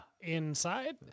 inside